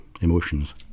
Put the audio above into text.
emotions